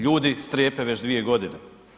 Ljudi strepe već dvije godine.